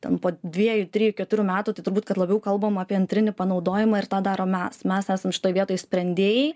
tampa dviejų trijų keturių metų tai turbūt kad labiau kalbam apie antrinį panaudojimą ir tą daro mes mes esam šitoj vietoj sprendėjai